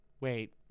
Wait